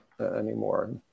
anymore